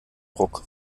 ruck